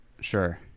sure